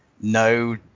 no